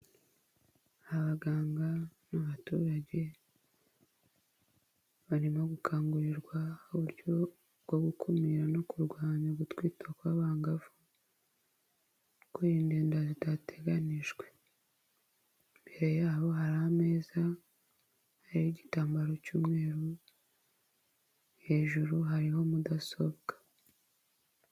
Abaganga n'abaturage barimo gukangurirwa uburyo bwo gukumira no kurwanya gutwita kw'abangavu, kwirinda inda zitateganyijwe. Imbere yabo hari ameza ariho igitambaro cy'umweru, hejuru hariho mudasobwa.